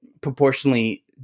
proportionally